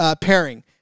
pairing